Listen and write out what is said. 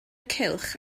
cylch